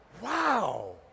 Wow